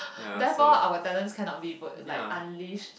therefore our talents cannot be put like unleashed